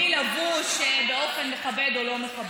ונותנת היתרים מי לבוש באופן מכבד או לא מכבד.